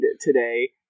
today